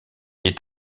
est